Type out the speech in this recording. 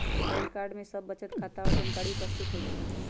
pan card में सभ बचत खता के जानकारी उपस्थित होइ छइ